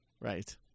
Right